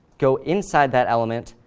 go inside that element,